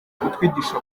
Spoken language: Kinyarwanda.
kutwigisha